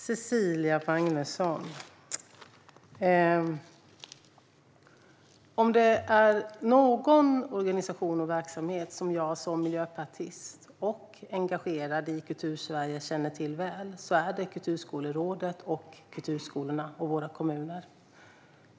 Fru talman! Om det är någon organisation och verksamhet jag som miljöpartist och engagerad i Kultursverige känner till väl är det Kulturskolerådet, kulturskolorna och våra kommuner, Cecilia Magnusson.